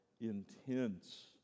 intense